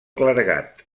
clergat